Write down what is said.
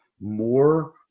more